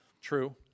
True